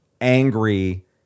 angry